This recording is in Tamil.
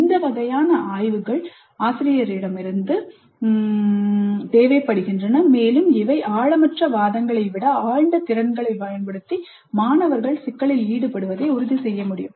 இந்த வகையான ஆய்வுகள் ஆழமற்ற வாதங்களை விட ஆழ்ந்த திறன்களைப் பயன்படுத்தி மாணவர்கள் சிக்கலில் ஈடுபடுவதை உறுதி செய்ய முடியும்